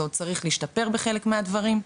זה עוד צריך להשתפר בחלק מהדברים,